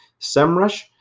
SEMrush